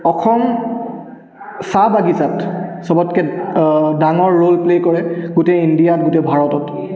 অসম চাহ বাগিছাত চবতকৈ ডাঙৰ ৰ'ল প্লে' কৰে গোটেই ইণ্ডিয়াত গোটেই ভাৰতত